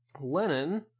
Lenin